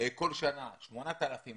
כל שנה 8,000,